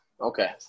Okay